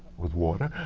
with water!